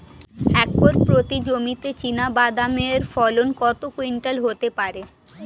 Acre প্রতি জমিতে চীনাবাদাম এর ফলন কত কুইন্টাল হতে পারে?